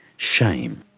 shame.